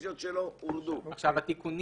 אין הרביזיות של ח"כ עיסאווי פריג' לא התקבלו.